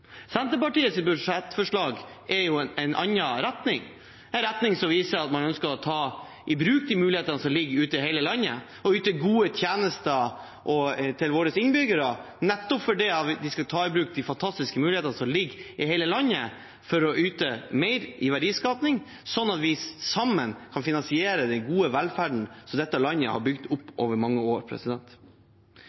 budsjettforslag er en annen retning, en retning som viser at man ønsker å ta i bruk de mulighetene som ligger ute i hele landet, og yte gode tjenester til våre innbyggere, nettopp fordi vi skal ta i bruk de fantastiske mulighetene som ligger i hele landet, for å yte mer i verdiskaping, sånn at vi sammen kan finansiere den gode velferden som dette landet har bygd opp over mange år.